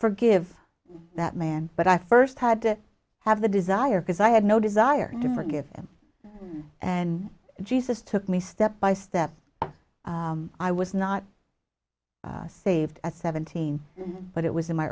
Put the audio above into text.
forgive that man but i first had to have the desire because i had no desire to forgive him and jesus took me step by step i was not i saved at seventeen but it was in my